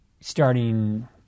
starting